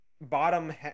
bottom